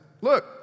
look